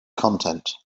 content